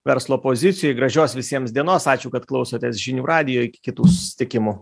verslo pozicijoj gražios visiems dienos ačiū kad klausotės žinių radijo iki kitų susitikimų